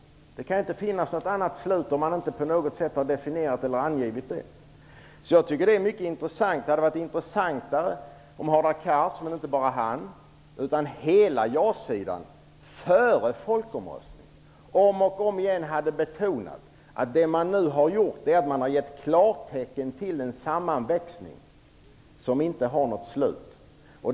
Det kan inte finnas något annat slut om man inte på något sätt har definierat eller angivit det. Jag tycker att detta var mycket intressant, men det hade varit intressantare om Hadar Cars - och inte bara han, utan hela ja-sidan - före folkomröstningen om och om igen hade betonat att man ville ge klartecken till en sammanväxning som inte har något slut.